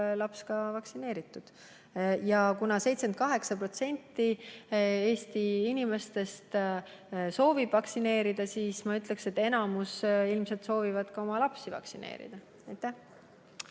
laps vaktsineeritud. Ja kuna 78% Eesti inimestest soovib lasta end vaktsineerida, siis ma ütleksin, et enamik ilmselt soovib ka oma lapsi vaktsineerida.